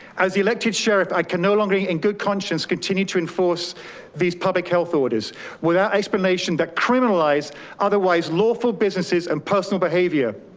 as the elected sheriff, i can no longer in good conscience, continue to enforce these public health orders without explanation that criminalize otherwise lawful businesses and personal behavior.